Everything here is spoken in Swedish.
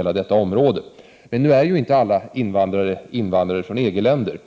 verka. Men alla invandrare kommer ju inte från EG-länderna.